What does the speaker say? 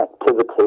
activity